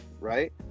right